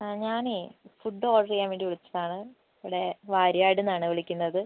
അ ഞാനേ food order ചെയ്യാൻ വേണ്ടി വിളിച്ചതാണ് ഇവിടെ വാര്യാഡ് നിന്നാണ് വിളിക്കുന്നത്